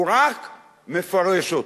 הוא רק מפרש אותם.